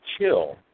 chill